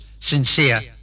sincere